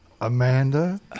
Amanda